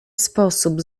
sposób